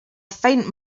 faint